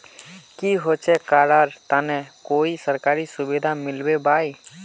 की होचे करार तने कोई सरकारी सुविधा मिलबे बाई?